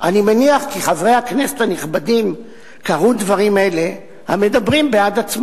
טיוטת הצעת החוק הופצה בשער בת רבים ולא שמענו הערות.